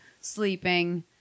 sleeping